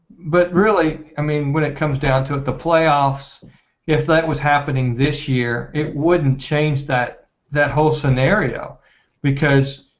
but really i mean when it comes down to the play-offs if that was happening this year it wouldn't change that that whole scenario because